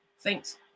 Thanks